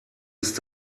ist